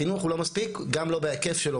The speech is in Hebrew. חינוך לא מספיק גם לא בהיקף שלו,